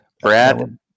brad